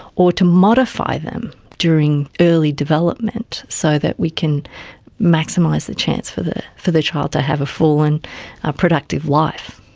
or to modify them during early development so that we can maximise the chance for the for the child to have a full and productive life.